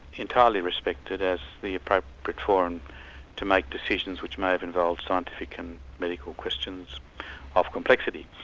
entirely respected as the appropriate forum to make decisions which may have involved scientific and medical questions of complexity.